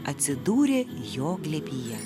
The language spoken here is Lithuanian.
atsidūrė jo glėbyje